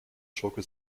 schurke